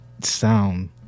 sound